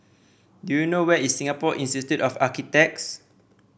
do you know where is Singapore Institute of Architects